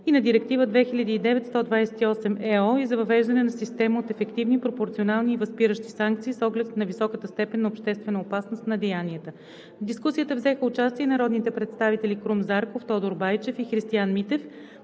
и на Директива 2009/128/ЕО за въвеждане на система от ефективни, пропорционални и възпиращи санкции с оглед на високата степен на обществена опасност на деянията. В дискусията взеха участие народните представители Крум Зарков, Тодор Байчев и Христиан Митев.